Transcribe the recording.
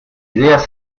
ideas